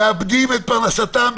אנשים מאבדים את פרנסתם.